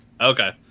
Okay